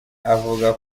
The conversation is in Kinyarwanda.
avuga